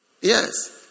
Yes